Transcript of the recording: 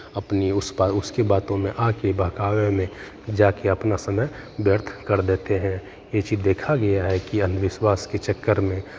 अपनी उसका उसकी बातों में आके बहकावे में जाके अपना समय व्यर्थ कर देते हैं ये चीज़ देखा गया है कि अंधविश्वास के चक्कर में